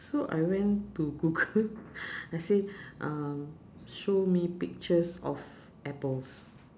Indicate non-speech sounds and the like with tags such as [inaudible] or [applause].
so I went to google [breath] I say um show me pictures of apples